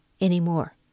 anymore